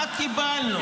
מה קיבלנו?